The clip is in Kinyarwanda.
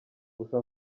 gusa